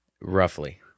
Roughly